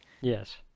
Yes